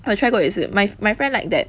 我有过也是 my my friend like that